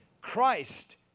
Christ